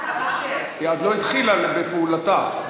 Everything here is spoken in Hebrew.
היא עוד לא התחילה בפעולתה,